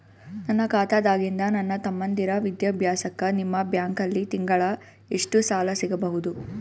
ನನ್ನ ಖಾತಾದಾಗಿಂದ ನನ್ನ ತಮ್ಮಂದಿರ ವಿದ್ಯಾಭ್ಯಾಸಕ್ಕ ನಿಮ್ಮ ಬ್ಯಾಂಕಲ್ಲಿ ತಿಂಗಳ ಎಷ್ಟು ಸಾಲ ಸಿಗಬಹುದು?